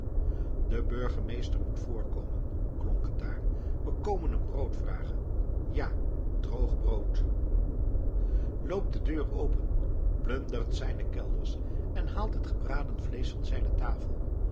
de burgemeester moet voorkomen klonk het daar we komen hem brood vragen ja droog brood loopt de deur open plundert zijne kelders en haalt het gebraden vleesch van zijne tafel